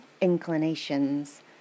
inclinations